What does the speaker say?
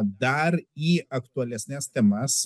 dar į aktualesnes temas